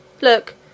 Look